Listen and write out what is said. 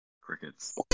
Crickets